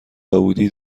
داوودی